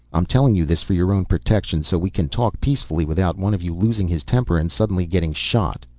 i'm telling you this for your own protection. so we can talk peacefully without one of you losing his temper and suddenly getting shot.